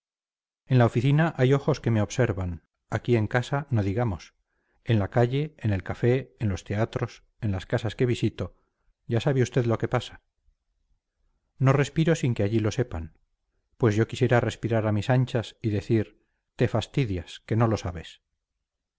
en la oficina hay ojos que me observan aquí en casa no digamos en la calle en el café en los teatros en las casas que visito ya sabe usted lo que pasa no respiro sin que allí lo sepan pues yo quisiera respirar a mis anchas y decir te fastidias que no lo sabes